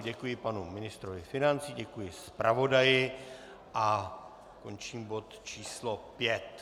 Děkuji panu ministrovi financí, děkuji zpravodaji a končím bod číslo 5.